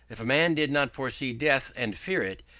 if a man did not foresee death and fear it,